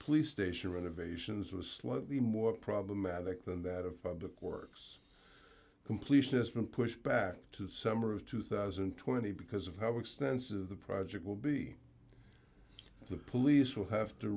police station renovations was slightly more problematic than that of public works completion has been pushed back to summer of two thousand and twenty because of how extensive the project will be the police will have to